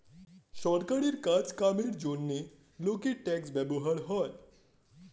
সরকারের কাজ কামের জন্যে লোকের ট্যাক্স ব্যবহার হয়